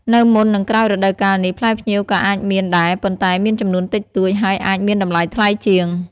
នៅមុន និងក្រោយរដូវកាលនេះ ផ្លែផ្ញៀវក៏អាចមានដែរ ប៉ុន្តែមានចំនួនតិចតួច ហើយអាចមានតម្លៃថ្លៃជាង។